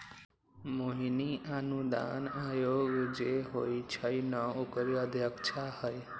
मोहिनी अनुदान आयोग जे होई छई न ओकरे अध्यक्षा हई